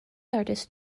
artist